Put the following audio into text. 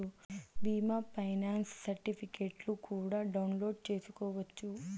బీమా ఫైనాన్స్ సర్టిఫికెట్లు కూడా డౌన్లోడ్ చేసుకోవచ్చు